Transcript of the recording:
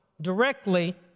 directly